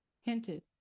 hinted